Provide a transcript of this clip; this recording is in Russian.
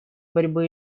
борьбы